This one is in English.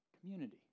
Community